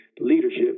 leadership